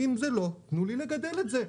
אם זה לא תנו לי לגדל את זה,